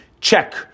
check